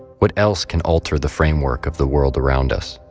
what else can alter the framework of the world around us?